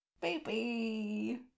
baby